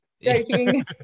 joking